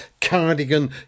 cardigan